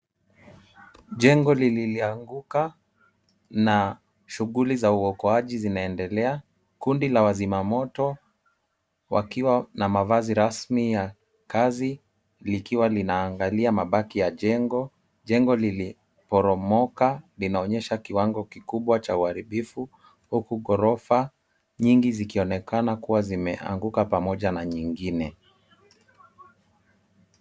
Jengo lililoanguka na shughuli za uokoaji zinaendelea. Kundi la wazimamoto wakiwa na mavazi rasmi ya kazi likiwa linaangalia mabaki ya jengo. Jengo liliporomoka, linaonyesha kiwango kikubwa cha uharibifu huku ghorofa nyingi zikionekana kuwa zimeanguka pamoja na nyingine.